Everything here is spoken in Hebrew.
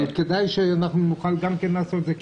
אבל כדאי שאנחנו נוכל גם כן לעשות את זה,